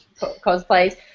cosplays